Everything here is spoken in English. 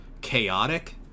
chaotic